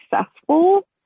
successful